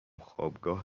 خوابگاه